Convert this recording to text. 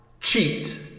Cheat